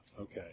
Okay